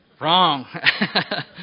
Wrong